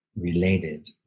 related